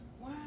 Wow